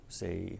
say